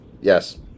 Yes